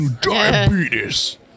Diabetes